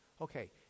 Okay